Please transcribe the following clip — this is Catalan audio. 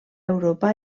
europa